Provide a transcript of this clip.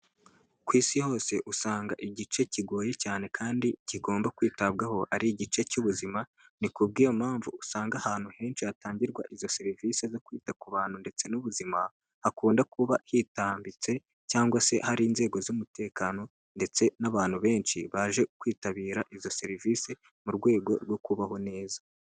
Ku isi hose usanga igice kigoye cyane kandi kigomba kwitabwaho ari igice cy'ubuzima, ni kubw'iyo mpamvu usanga ahantu henshi hatangirwa izo serivisi zo kwita ku bantu ndetse n'ubuzima, hakunda kuba hitambitse cyangwa se hari inzego z'umutekano ndetse n'abantu benshi baje kwitabira izo serivise mu rwego rwo kubaho neza.